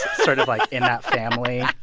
sort of like in that family